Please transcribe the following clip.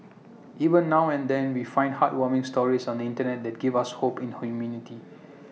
even now and then we find heartwarming stories on the Internet that give us hope in humanity